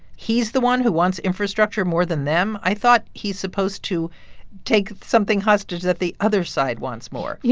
he's the one who wants infrastructure more than them? i thought he's supposed to take something hostage that the other side wants more. yeah